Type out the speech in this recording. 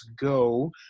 go